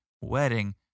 wedding